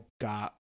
got